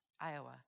Iowa